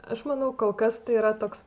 aš manau kol kas tai yra toks